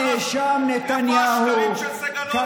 הנאשם נתניהו, איפה השקרים של סגלוביץ'?